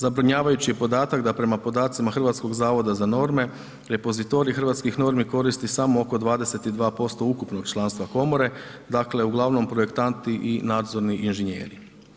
Zabrinjavajući je podatak da prema podacima Hrvatskog zavoda za norme, repozitorij hrvatskih normi koristi samo oko 22% ukupnog članstva komore, dakle uglavnom projektanti i nadzorni inženjeri.